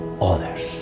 others